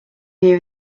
here